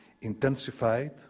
intensified